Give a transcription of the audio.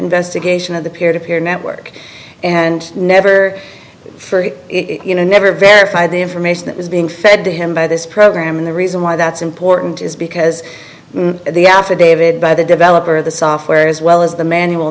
investigation of the peer to peer network and never free you know never verify the information that was being fed to him by this program and the reason why that's important is because the affidavit by the developer of the software as well as the manual